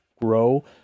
grow